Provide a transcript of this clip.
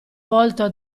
volto